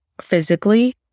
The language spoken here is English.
physically